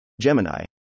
Gemini